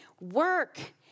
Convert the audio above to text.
work